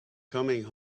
coming